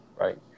right